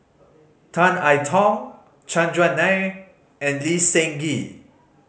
Tan I Tong Chandran Nair and Lee Seng Gee